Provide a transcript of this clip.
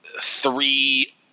three